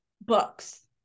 books